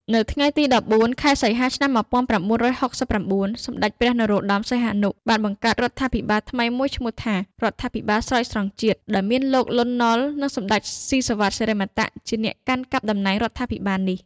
នៅថ្ងៃទី ១៤ ខែសីហា ឆ្នាំ ១៩៦៩ សម្តេចព្រះនរោត្តម សីហនុ បានបង្កើតរដ្ឋាភិបាលថ្មីមួយឈ្មោះថា រដ្ឋាភិបាលស្រោចស្រង់ជាតិ ដោយមានលោក លន់ នល់ និងសម្ដេច ស៊ីសុវត្ថិ សិរិមតៈ ជាអ្នកកាន់កាប់តំណែងរដ្ឋាភិបាលនេះ។